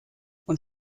und